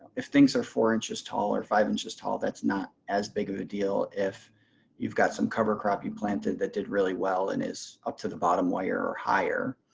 if things are four inches tall or five inches tall, that's not as big of a deal if you've got some cover crop you planted that did really well and is up to the bottom wire or higher.